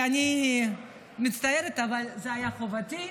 אני מצטערת, אבל זו הייתה חובתי.